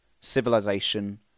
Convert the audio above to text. civilization